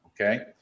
Okay